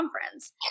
conference